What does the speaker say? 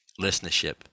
listenership